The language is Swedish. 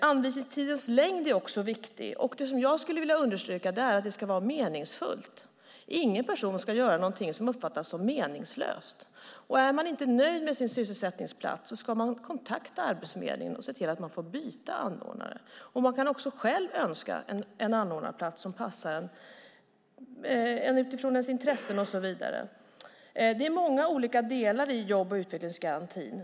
Anvisningstidens längd är också något som är viktigt, och det jag skulle vilja understryka när det gäller detta är att det ska vara meningsfullt. Ingen person ska göra någonting som uppfattas som meningslöst. Är man inte nöjd med sin sysselsättningsplats ska man kontakta Arbetsförmedlingen och se till att få byta anordnare. Man kan också själv önska en anordnarplats som passar utifrån ens intressen och så vidare. Det finns många olika delar i jobb och utvecklingsgarantin.